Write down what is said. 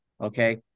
Okay